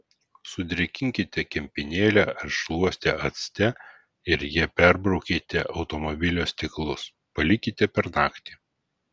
sudrėkinkite kempinėlę ar šluostę acte ir ja perbraukite automobilio stiklus palikite per naktį